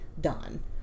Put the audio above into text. done